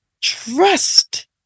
trust